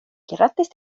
grattis